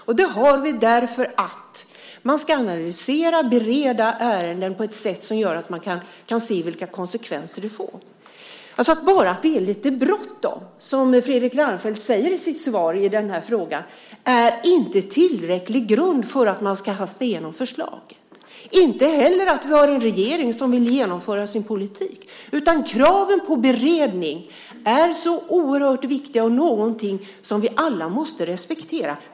Detta krav har vi därför att man ska analysera och bereda ärenden på ett sätt som gör att man kan se vilka konsekvenser åtgärderna får. Att det bara är lite bråttom, som Fredrik Reinfeldt säger i sitt svar i den här frågan, är inte tillräcklig grund för att man ska hasta igenom förslag - inte heller att man har en regering som vill genomföra sin politik. Kraven på beredning är så oerhört viktiga, och de är någonting som vi alla måste respektera.